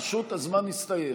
פשוט הזמן הסתיים.